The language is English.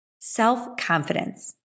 self-confidence